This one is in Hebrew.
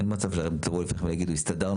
אין מצב שאתם תראו ההיפך ותגידו הסתדרנו